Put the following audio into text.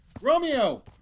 Romeo